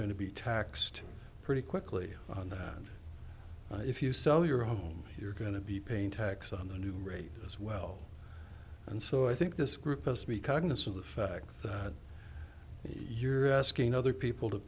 going to be taxed pretty quickly on that if you sell your home you're going to be pain tax on the new rate as well and so i think this group has to be cognizant of the fact that you're asking other people to